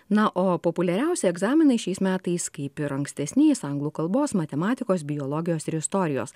na o populiariausi egzaminai šiais metais kaip ir ankstesniais anglų kalbos matematikos biologijos ir istorijos